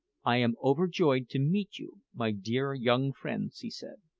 i am overjoyed to meet you, my dear young friends, he said.